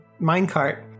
minecart